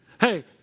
Hey